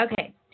Okay